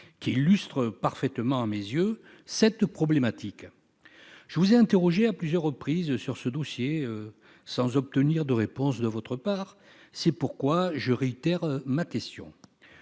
qui illustre parfaitement à mes yeux cette problématique. Je vous ai interrogée à plusieurs reprises sur ce dossier, sans obtenir de réponse de votre part. C'est pourquoi je réitère ma question.